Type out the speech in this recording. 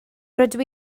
rydw